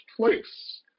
place